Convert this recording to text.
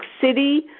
City